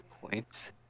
points